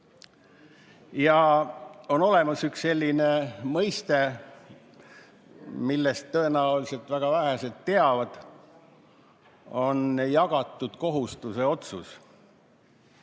On olemas üks selline mõiste, millest tõenäoliselt väga vähesed teavad – jagatud kohustuse otsus.